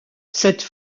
cette